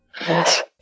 yes